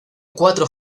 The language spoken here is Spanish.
cuatro